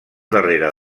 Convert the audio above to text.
darrere